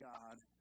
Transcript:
God—